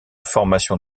formation